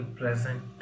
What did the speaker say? present